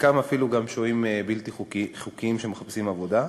חלקם אפילו שוהים בלתי חוקיים שמחפשים עבודה,